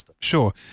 sure